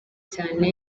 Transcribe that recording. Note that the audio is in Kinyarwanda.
cyane